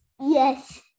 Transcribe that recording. Yes